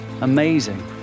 amazing